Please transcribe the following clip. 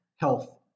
health